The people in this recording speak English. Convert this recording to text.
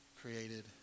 created